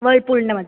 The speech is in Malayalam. വേൾപൂളിൻ്റെ മതി